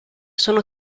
sono